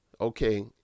okay